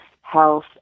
health